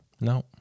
no